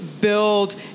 build